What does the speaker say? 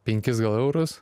penkis eurus